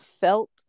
felt